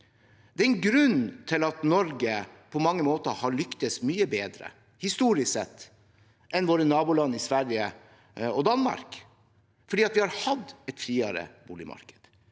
Det er en grunn til at Norge på mange måter har lyktes mye bedre historisk sett enn våre naboland Sverige og Danmark. Det er fordi vi har hatt et friere boligmarked.